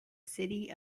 city